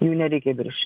jų nereikia virš